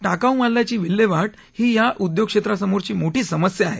टाकाऊ मालाची विल्हेवाट ही या उद्योग क्षेत्रासमोरची मोठी समस्या आहे